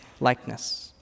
likeness